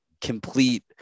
complete